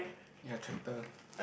ya tractor